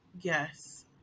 yes